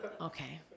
okay